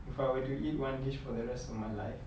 if I were to eat one dish for the rest of my life